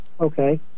okay